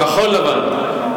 כחול-לבן.